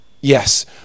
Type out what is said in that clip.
Yes